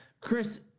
Chris